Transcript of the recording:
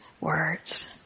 words